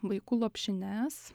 vaikų lopšines